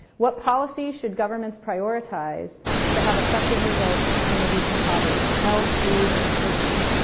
what policies should governments prioritize to have effective results in reducing poverty? health, food, education?